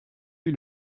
lui